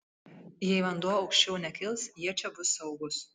jei vanduo aukščiau nekils jie čia bus saugūs